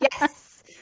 Yes